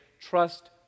trust